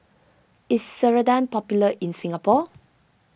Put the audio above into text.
is Ceradan popular in Singapore